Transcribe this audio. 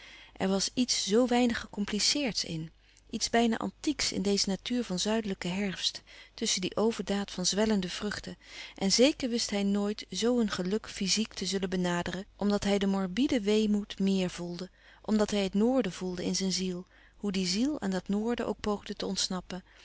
er was iets zoo weinig gecompliceerds in iets bijna antieks in deze natuur van zuidelijken herfst tusschen die overdaad van zwellende vruchten en zeker wist hij nooit zoo een geluk fyziek te zullen benaderen omdat hij den morbide weemoed meer voelde omdat hij het noorden voelde in zijn ziel hoe die ziel aan dat noorden ook poogde te ontsnappen